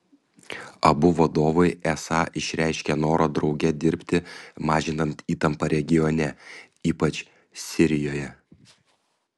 abu vadovai esą išreiškė norą drauge dirbti mažinant įtampą regione ypač sirijoje